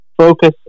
focus